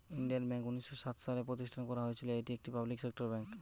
Indian bank উনিশ শ সাত সালে প্রতিষ্ঠান করা হয়েছিল, এটি একটি পাবলিক সেক্টর বেঙ্ক